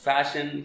Fashion